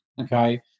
Okay